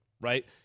right